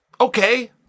Okay